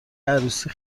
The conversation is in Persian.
عروسی